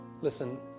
listen